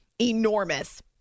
enormous